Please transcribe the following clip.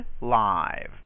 Live